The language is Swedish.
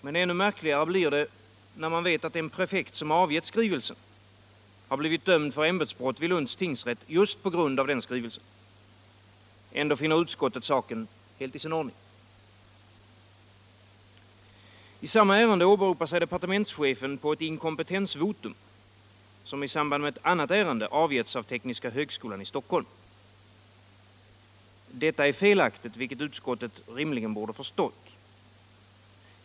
Men ännu märkligare blir det, när man vet att den prefekt som avgivit skrivelsen blivit dömd vid Lunds tingsrätt för ämbetsbrott just på grund av den skrivelsen. Ändå finner utskottet saken helt i sin ordning. I samma ärende åberopar departementschefen ett inkompetensvotum, som i samband med ett annat ärende har avgivits av tekniska högskolan i Stockholm. Detta förfarande är felaktigt, vilket utskottet rimligen borde ha förstått.